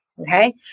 Okay